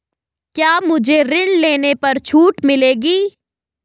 क्या मुझे ऋण लेने पर छूट मिलेगी?